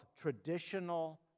traditional